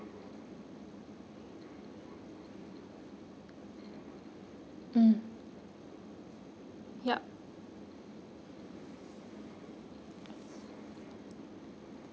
mm ya